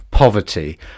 Poverty